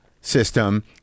system